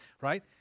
Right